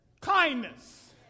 kindness